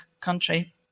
country